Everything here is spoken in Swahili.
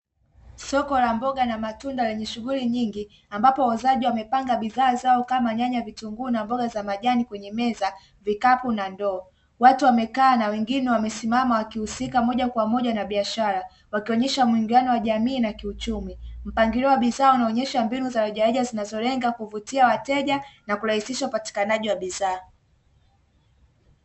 Soko la mboga na matunda lenye shughuli nyingi ambapo wauzaji wamepanga bidhaa zao kama nyanya vitunguu na mboga za majani kwenye meza vikapu na ndoo watu wamekaa na wengine wamesimama wakihusika moja kwa moja na biashara wakionyesha muungano wa jamii na kiuchumi. Mpangilio wa bidhaa wanaonyesha mbinu za rejareja zinazolenga kuvutia wateja na kurahisisha upatikanaji wa bidhaa.